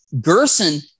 Gerson